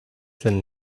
than